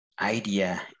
idea